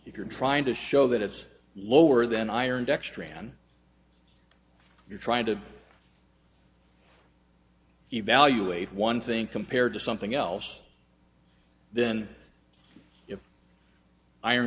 if you're trying to show that it's lower than iron dex tran you're trying to evaluate one thing compared to something else then if iron